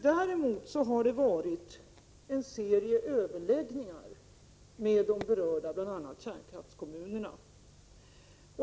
Däremot har en serie överläggningar ägt rum bl.a. med de berörda kärnkraftskommunerna.